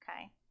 okay